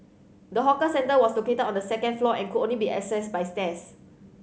the hawker centre was located on the second floor and could only be accessed by stairs